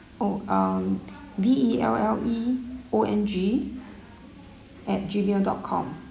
oh um B E L L E O N G at gmail dot com